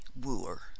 wooer